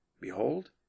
Behold